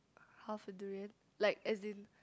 half a durian like as in